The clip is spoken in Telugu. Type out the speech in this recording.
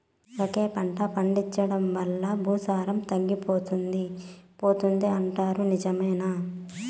ఒకే పంట పండించడం వల్ల భూసారం తగ్గిపోతుంది పోతుంది అంటారు నిజమేనా